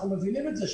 אנחנו מבינים את זה.